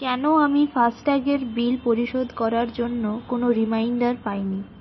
কেন আমি ফাস্ট্যাগের বিল পরিশোধ করার জন্য কোনও রিমাইন্ডার পাইনি